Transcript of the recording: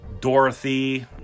Dorothy